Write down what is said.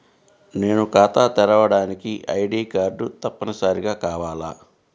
నేను ఖాతా తెరవడానికి ఐ.డీ కార్డు తప్పనిసారిగా కావాలా?